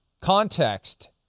context